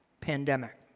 pandemic